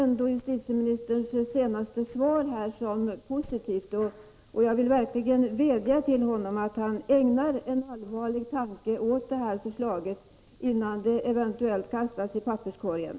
Avser justitieministern ta initiativ till förändringar i föräldrabalken med sådan innebörd att mål i tvist om vårdnad eller umgängesrätt skall avgöras först när alla relevanta omständigheter kan bedömas i ett sammanhang?